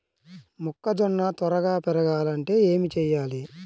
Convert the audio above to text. మొక్కజోన్న త్వరగా పెరగాలంటే ఏమి చెయ్యాలి?